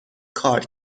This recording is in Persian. کار